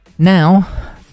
Now